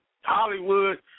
Hollywood